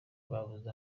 babuze